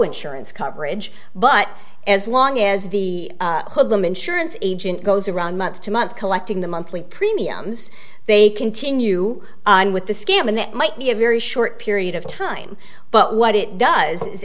insurance coverage but as long as the hold them insurance agent goes around month to month collecting the monthly premiums they continue on with the scam and that might be a very short period of time but what it does is